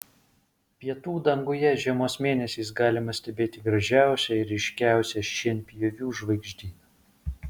pietų danguje žiemos mėnesiais galima stebėti gražiausią ir ryškiausią šienpjovių žvaigždyną